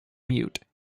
mute